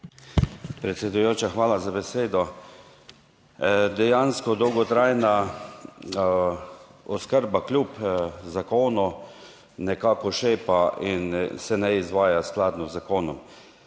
Predsedujoča, hvala za besedo. Dejansko dolgotrajna oskrba kljub zakonu nekako šepa in se ne izvaja skladno z zakonom.